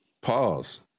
Pause